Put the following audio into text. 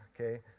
okay